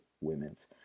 women's